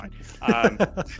fine